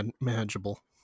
manageable